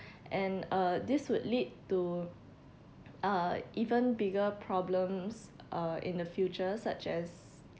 and uh this would lead to uh even bigger problems uh in the future such as